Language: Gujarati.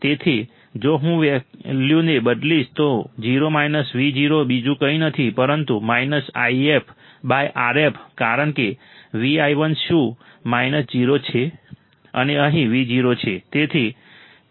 તેથી જો હું વેલ્યુને બદલીશ તો 0 Vo બીજું કંઈ નથી પરંતુ IfRf કારણ કે Vi1 શું 0 છે અને અહીં Vo છે